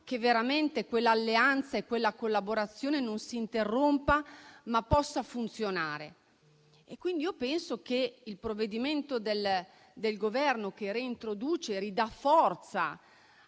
che veramente quell'alleanza e quella collaborazione non si interrompano, ma possano funzionare. Ritengo pertanto che il provvedimento del Governo che reintroduce e ridà forza